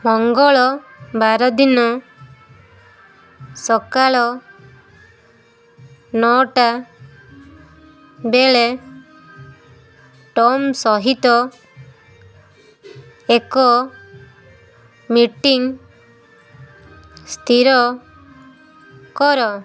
ମଙ୍ଗଳବାର ଦିନ ସକାଳ ନଅଟା ବେଳେ ଟମ୍ ସହିତ ଏକ ମିଟିଂ ସ୍ଥିର କର